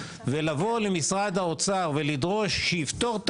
לבוא למשרד האוצר ולדרוש שיפטור את